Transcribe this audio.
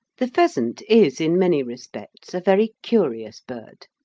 the pheasant is in many respects a very curious bird.